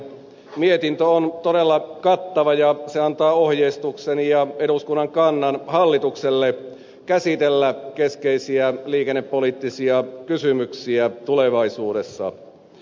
mietintö on todella kattava ja se antaa ohjeistuksen ja eduskunnan kannan hallitukselle käsitellä keskeisiä liikennepoliittisia kysymyksiä tulevaisuudessa